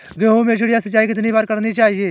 गेहूँ में चिड़िया सिंचाई कितनी बार करनी चाहिए?